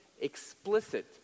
explicit